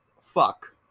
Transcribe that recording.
fuck